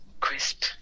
Crisp